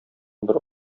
бер